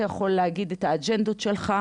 אתה יכול להגיד את האג'נדות שלך,